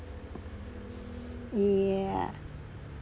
yeah